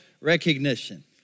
recognition